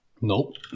Nope